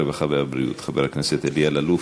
הרווחה והבריאות חבר הכנסת אלי אלאלוף.